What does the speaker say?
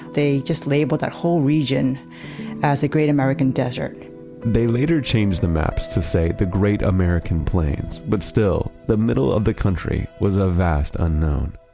they just labeled that whole region as the great american desert they later changed the maps to say the great american plains but still, the middle of the country was a vast unknown.